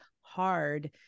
hard